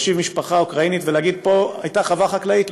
להושיב משפחה אוקראינית ולהגיד: פה הייתה חווה חקלאית,